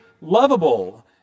lovable